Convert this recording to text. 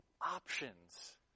options